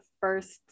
first